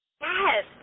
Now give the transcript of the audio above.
Yes